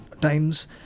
times